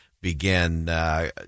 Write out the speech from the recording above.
begin